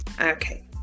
Okay